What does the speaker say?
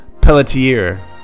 Pelletier